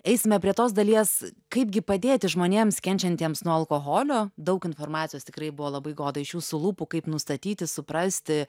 eisime prie tos dalies kaipgi padėti žmonėms kenčiantiems nuo alkoholio daug informacijos tikrai buvo labai goda iš jūsų lūpų kaip nustatyti suprasti